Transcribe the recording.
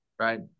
Right